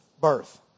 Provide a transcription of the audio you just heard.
birth